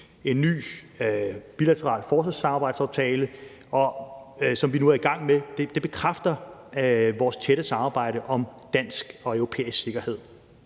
en ny bilateral forsvarssamarbejdsaftale – det er vi nu i gang med. Det bekræfter vores tætte samarbejde om dansk og europæisk sikkerhed.